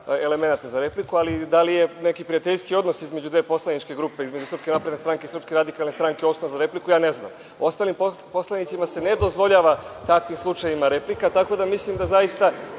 elemenata za repliku, ali, da li je u pitanju neki prijateljski odnos između dve poslaničke grupe, Srpske napredne stranke i Srpske radikalne stranke osnov za repliku, ja ne znam. Ostalim poslanicima se ne dozvoljava u takvim slučajevima replika, tako da mislim da zaista